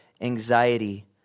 anxiety